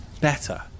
Better